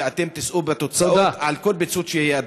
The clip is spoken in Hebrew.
ואתם תישאו בתוצאות על כל פיצוץ שיהיה,